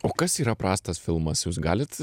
o kas yra prastas filmas jūs galit